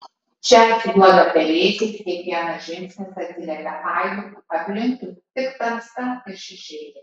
čia atsiduoda pelėsiais kiekvienas žingsnis atsiliepia aidu aplinkui tik tamsa ir šešėliai